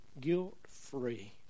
guilt-free